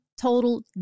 total